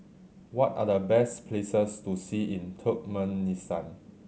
what are the best places to see in Turkmenistan